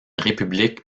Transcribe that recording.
république